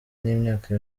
n’imyaka